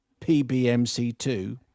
pbmc2